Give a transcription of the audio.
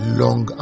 long